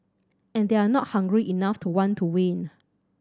and they're not hungry enough to want to win